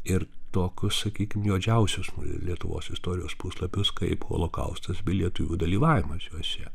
ir tokius sakykim juodžiausius lietuvos istorijos puslapius kaip holokaustas bei lietuvių dalyvavimas juose